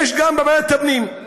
יש גם בוועדת הפנים,